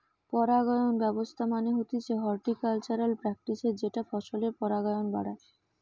পরাগায়ন ব্যবস্থা মানে হতিছে হর্টিকালচারাল প্র্যাকটিসের যেটা ফসলের পরাগায়ন বাড়ায়